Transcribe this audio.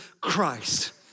Christ